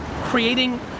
creating